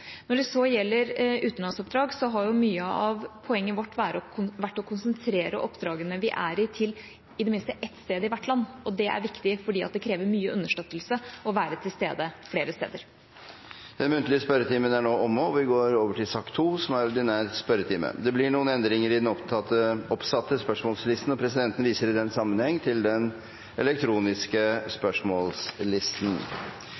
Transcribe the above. Når det så gjelder utenlandsoppdrag, har mye av poenget vårt vært å konsentrere oppdragene vi er i, til i det minste ett sted i hvert land. Det er viktig, fordi det krever mye understøttelse å være til stede flere steder. Den muntlige spørretimen er dermed omme. Det blir noen endringer i den oppsatte spørsmålslisten, og presidenten viser i den sammenheng til den elektroniske